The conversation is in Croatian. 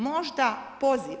Možda poziv.